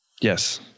Yes